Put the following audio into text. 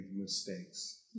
mistakes